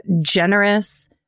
generous